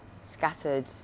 scattered